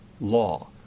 law